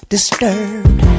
Disturbed